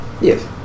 Yes